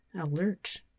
alert